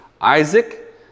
Isaac